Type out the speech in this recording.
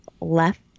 left